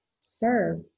serve